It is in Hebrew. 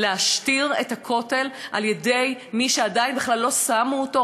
למשטר את הכותל על-ידי מי שעדיין בכלל לא שמו אותו?